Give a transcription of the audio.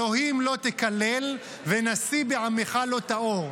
"אלהים לא תקלל, ונשיא בעמך לא תאֹר".